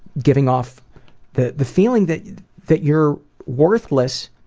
giving off the the feeling that that you're worthless,